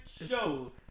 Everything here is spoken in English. show